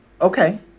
Okay